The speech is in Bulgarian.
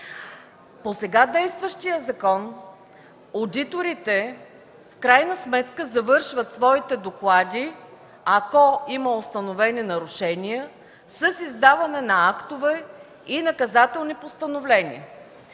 По сега действащия закон одиторите в крайна сметка завършват своите доклади, ако има установени нарушения, с издаване на актове и наказателни постановления.